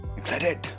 excited